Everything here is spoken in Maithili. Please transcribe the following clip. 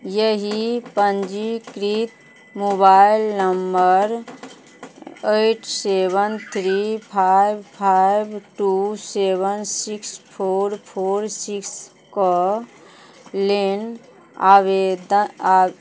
यही पञ्जीकृत mobile number eight seven three five five two seven six four four सिक्सके लेल आवेदन आ